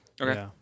Okay